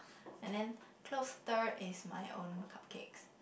and then close third is my own cupcakes